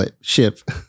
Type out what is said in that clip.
ship